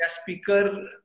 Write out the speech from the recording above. speaker